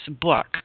book